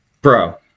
Bro